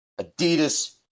Adidas